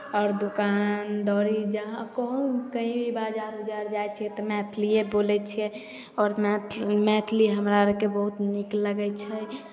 आओर दोकान दौरी जहाँ कहुँ कहीँ भी बाजार उजार जाइ छियै तऽ मैथलिए बोलै छियै आओर मैथ मैथिली हमरा अरके बहुत नीक लगै छै